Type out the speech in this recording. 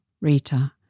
Rita